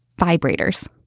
vibrators